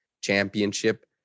championship